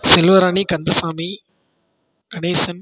Selvarani Kandasamy Ganesan